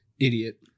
Idiot